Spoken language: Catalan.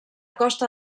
costa